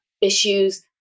issues